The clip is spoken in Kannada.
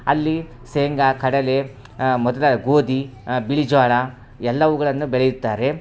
ಅಲ್ಲಿ ಶೇಂಗಾ ಕಡಲೆ ಮುಂತಾದ ಗೋಧಿ ಬಿಳಿ ಜೋಳ ಎಲ್ಲವುಗಳನ್ನು ಬೆಳೆಯುತ್ತಾರೆ